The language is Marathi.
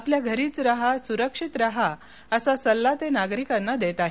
आपल्या घरीच राहासुरक्षित राहा असा सल्ला ते नागरिकांना देत आहेत